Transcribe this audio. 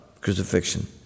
crucifixion